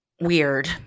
weird